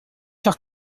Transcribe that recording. faire